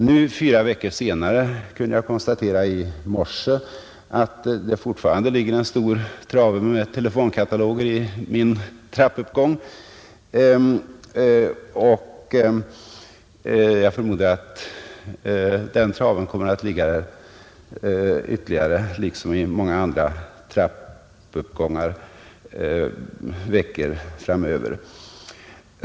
I morse, fyra veckor senare, kunde jag konstatera att det fortfarande ligger en stor trave telefonkataloger i min trappuppgång, och jag förmodar att den traven kommer att ligga där, liksom i många andra trappuppgångar, ytterligare veckor framöver.